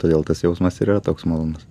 todėl tas jausmas ir yra toks malonus